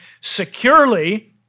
securely